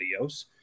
videos